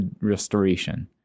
restoration